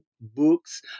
books